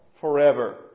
forever